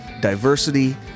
diversity